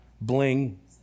bling